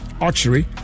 Archery